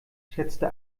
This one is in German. schätzte